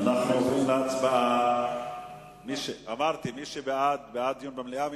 אנחנו עוברים להצבעה: מי שבעד, בעד דיון במליאה.